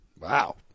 Wow